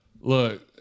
Look